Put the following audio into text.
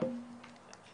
קוראים לזה.